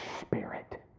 spirit